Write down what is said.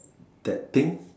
that thing